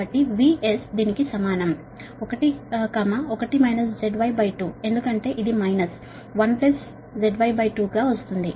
కాబట్టి VS1 కి సమానం 1 ZY2 ఎందుకంటే ఇది మైనస్ 1 ZY2 గా వస్తుంది